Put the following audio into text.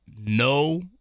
no